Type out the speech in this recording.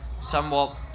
somewhat